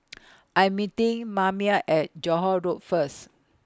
I'm meeting Maymie At Johore Road First